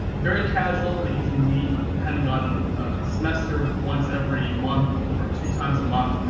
very casual they usually meet depending on the semester, once every month or two times a month.